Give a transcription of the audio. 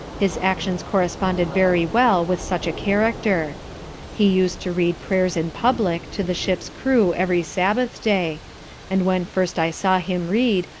his actions corresponded very well with such a character he used to read prayers in public to the ship's crew every sabbath day and when first i saw him read,